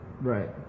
Right